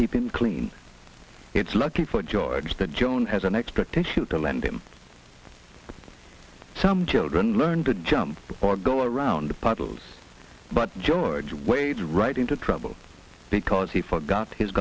keep him clean it's lucky for george that joan has an expectation to lend him some children learn to jump or go around the puddles but george waits right into trouble because he forgot his